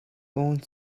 own